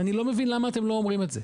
ואני לא מבין למה אתם לא אומרים את זה,